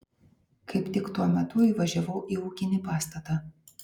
kaip tik tuo metu įvažiavau į ūkinį pastatą